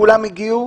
כולם הגיעו.